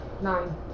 Nine